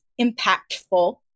Impactful